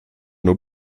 nur